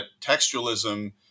textualism